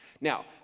Now